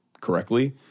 correctly